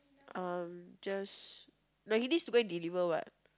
uh just no he needs to go and deliver what